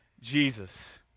Jesus